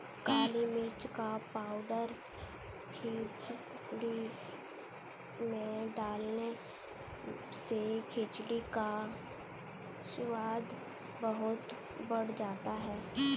काली मिर्च का पाउडर खिचड़ी में डालने से खिचड़ी का स्वाद बहुत बढ़ जाता है